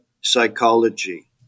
psychology